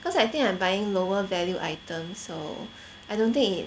cause I think I am buying lower value items so I don't think it